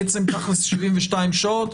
בעצם תכל'ס 72 שעות,